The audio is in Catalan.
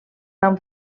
van